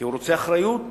כי הוא רוצה אחריות